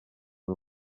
del